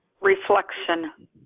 reflection